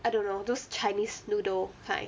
I don't know those chinese noodle kind